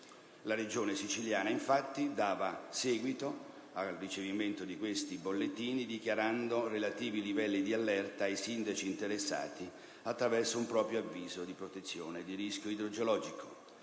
La Regione siciliana, infatti, dava seguito al ricevimento di questi bollettini dichiarando i relativi livelli di allerta ai sindaci interessati attraverso un proprio avviso di protezione di rischio idrogeologico.